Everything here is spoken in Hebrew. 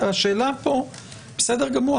שפג תוקפן,